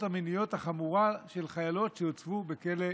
המיניות החמורה של חיילות שהוצבו בכלא גלבוע.